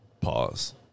Pause